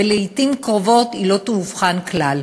ולעתים קרובות היא לא תאובחן כלל.